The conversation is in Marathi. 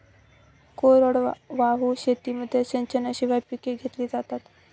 कोरडवाहू शेतीमध्ये सिंचनाशिवाय पिके घेतली जातात